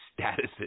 statuses